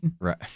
Right